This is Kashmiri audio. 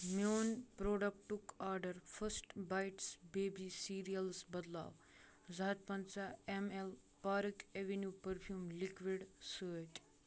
میون پروڈکٹُک آرڈر فٔسٹہٕ بایٹس بیبی سیٖریلز بدلاو زٕ ہَتھ پَنژاہ M L Park Avenue perfume liquid سۭتۍ